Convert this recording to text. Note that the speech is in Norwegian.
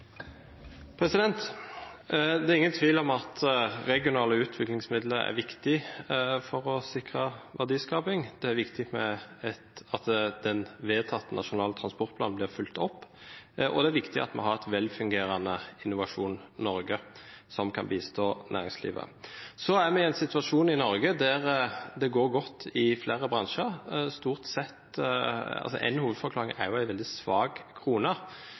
Det er ingen tvil om at regionale utviklingsmidler er viktig for å sikre verdiskaping. Det er viktig at den vedtatte nasjonale transportplanen blir fulgt opp, og det er viktig at vi har et velfungerende Innovasjon Norge, som kan bistå næringslivet. Vi er i en situasjon i Norge der det går godt i flere bransjer – stort sett. Én hovedforklaring er en veldig svak krone.